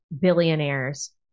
billionaires